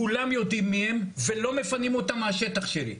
כולם יודעים מי הם - ולא מפנים אותם מהשטח שלי.